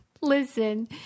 Listen